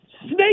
Snake